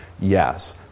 yes